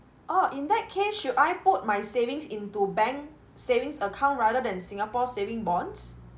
orh in that case should I put my savings into bank savings account rather than singapore saving bonds